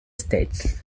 states